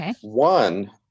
one